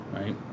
right